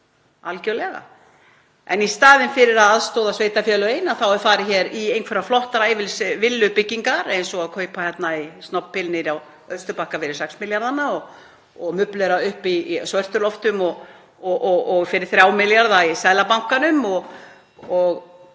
algjörlega. En í staðinn fyrir að aðstoða sveitarfélögin þá er farið í einhverja flottræfilsvillubyggingar eins og að kaupa hérna í Snobbhill niðri á Austurbakka fyrir 6 milljarða og mublera upp í Svörtuloftum fyrir 3 milljarða í Seðlabankanum. Og